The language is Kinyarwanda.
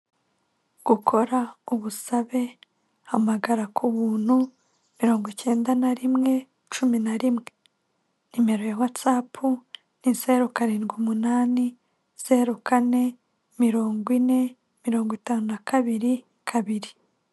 Gukora ubusabe hamagara ku buntu mirongo icyenda na rimwe cumi na rimwe nimero whatsapp nizeru karindwi umunani zeru kane mirongo ine mirongo itanu na kabiri.